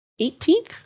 18th